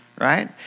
right